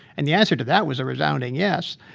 and the answer to that was a resounding yes.